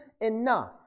enough